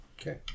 Okay